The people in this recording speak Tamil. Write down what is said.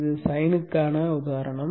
இது சைனுக்கான உதாரணம்